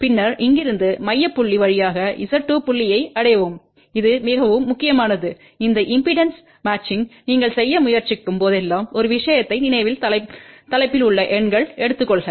பின்னர் இங்கிருந்து மைய புள்ளி வழியாக z2 புள்ளியை அடையவும் இது மிகவும் முக்கியமானது இந்த இம்பெடன்ஸ் பொருத்தத்தை நீங்கள் செய்ய முயற்சிக்கும் போதெல்லாம் ஒரு விஷயத்தை நினைவில் தலைப்பில் உள்ள எண்கள் எடுத்துக்கொள்க